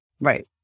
Right